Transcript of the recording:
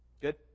Good